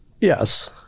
Yes